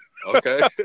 Okay